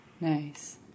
Nice